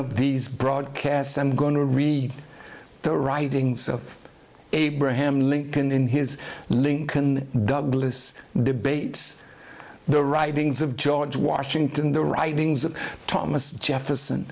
of these broadcasts and going to read the writings of abraham lincoln in his lincoln douglas debates the writings of george washington the writings of thomas jefferson